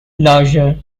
larger